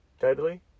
Deadly